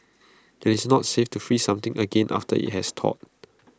IT is not safe to freeze something again after IT has thawed